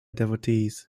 devotees